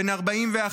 בן 41,